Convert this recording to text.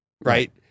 Right